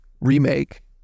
Remake